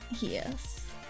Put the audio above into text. yes